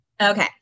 Okay